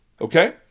Okay